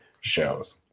shows